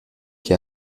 qui